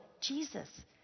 Jesus